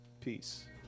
Peace